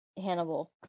Hannibal